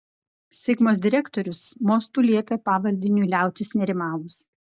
sigmos direktorius mostu liepė pavaldiniui liautis nerimavus